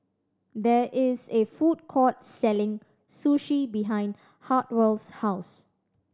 there is a food court selling Sushi behind Hartwell's house